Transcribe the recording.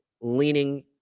leaning